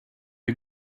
you